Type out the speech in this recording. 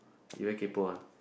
you are kaypo one